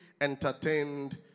entertained